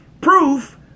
Proof